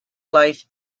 life